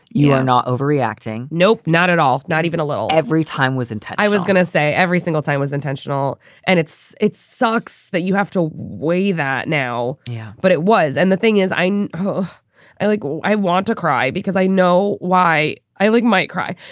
you are not overreacting. nope, not at all. not even a little. every time was in time i was gonna say every single time was intentional and it's it sucks that you have to weigh that now. yeah, but it was. and the thing is i'm i like let. i want to cry because i know why i like might cry.